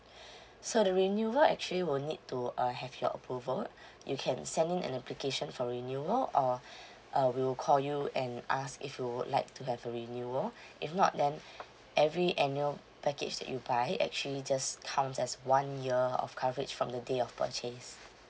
so the renewal actually will need to uh have your approval you can send in an application for renewal or uh we will call you and ask if you would like to have a renewal if not then every annual package that you buy actually just counts as one year of coverage from the day of purchase